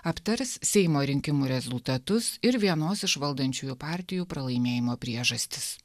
aptars seimo rinkimų rezultatus ir vienos iš valdančiųjų partijų pralaimėjimo priežastis